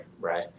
right